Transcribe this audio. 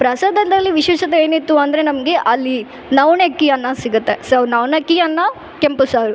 ಪ್ರಸಾದದಲ್ಲಿ ವಿಶೇಷತೆ ಏನಿತ್ತು ಅಂದರೆ ನಮಗೆ ಅಲ್ಲಿ ನವ್ನೆಕ್ಕಿ ಅನ್ನ ಸಿಗತ್ತೆ ಸೊ ನವ್ನಕ್ಕಿ ಅನ್ನ ಕೆಂಪು ಸಾರು